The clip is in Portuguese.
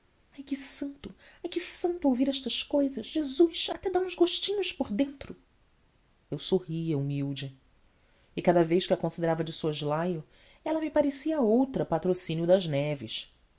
ai que santo ai que santo ouvir estas cousas jesus até dá uns gostinhos por dentro eu sorria humilde e cada vez que a considerava de soslaio ela me parecia outra patrocínio das neves